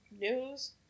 news